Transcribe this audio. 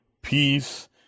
peace